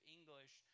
English